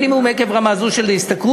עקב רמה זו של השתכרות,